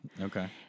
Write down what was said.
Okay